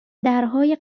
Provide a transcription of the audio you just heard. درهای